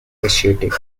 asiatic